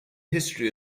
history